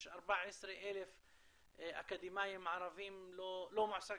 יש 14,000 אקדמאים ערבים לא מועסקים,